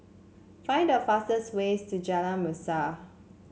find the fastest way to Jalan Mesra